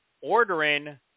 ordering